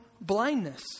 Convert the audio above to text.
blindness